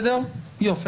יופי,